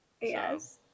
Yes